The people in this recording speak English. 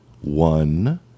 one